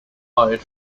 hide